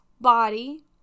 body